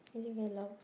is it very loud